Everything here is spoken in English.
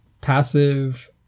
passive